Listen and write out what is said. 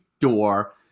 door